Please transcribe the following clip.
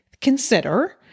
consider